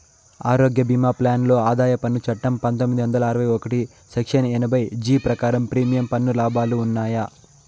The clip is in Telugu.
ఆరోగ్య భీమా ప్లాన్ లో ఆదాయ పన్ను చట్టం పందొమ్మిది వందల అరవై ఒకటి సెక్షన్ ఎనభై జీ ప్రకారం ప్రీమియం పన్ను లాభాలు ఉన్నాయా?